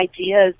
ideas